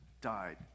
died